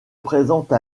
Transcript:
présente